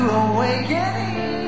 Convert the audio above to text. awakening